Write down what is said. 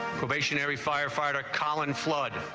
every firefighter colin flood.